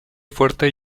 fuerte